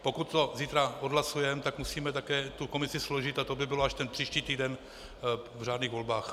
Pokud to zítra odhlasujeme, tak musíme také komisi složit a to by bylo až příští týden v řádných volbách.